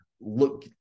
look